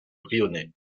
brionnais